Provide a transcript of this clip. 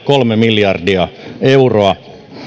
kolme miljardia euroa